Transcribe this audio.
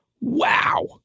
Wow